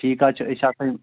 ٹھیٖک حظ چھِ أسۍ